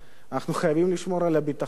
אנחנו חייבים לשמור על הביטחון,